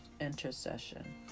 intercession